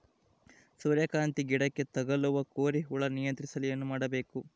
ಸೂರ್ಯಕಾಂತಿ ಗಿಡಕ್ಕೆ ತಗುಲುವ ಕೋರಿ ಹುಳು ನಿಯಂತ್ರಿಸಲು ಏನು ಮಾಡಬೇಕು?